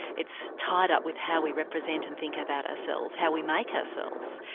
it's tied up with how we represent and think about ourselves, how we make ourselves.